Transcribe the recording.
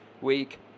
week